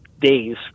days